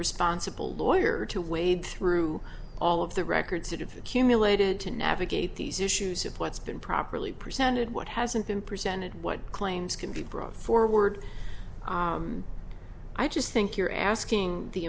responsible lawyer to wade through all of the records that have accumulated to navigate these issues of what's been properly presented what hasn't been presented what claims can be brought forward i just think you're asking the